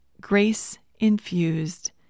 grace-infused